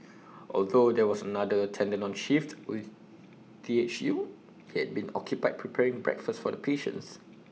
although there was another attendant on shift with T H U he had been occupied preparing breakfast for the patients